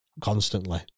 constantly